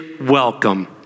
welcome